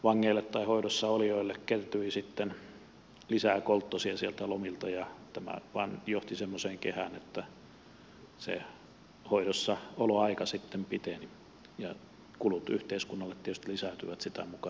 yleensä näille hoidossa olijoille kertyi sitten lisää kolttosia sieltä lomilta ja tämä vain johti semmoiseen kehään että se hoidossaoloaika sitten piteni ja kulut yhteiskunnalle tietysti lisääntyivät sitä mukaa